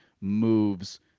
moves